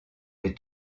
les